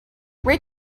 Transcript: rate